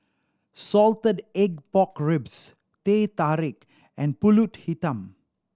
salted egg pork ribs Teh Tarik and Pulut Hitam